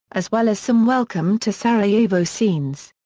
as well as some welcome to sarajevo scenes.